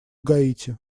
гаити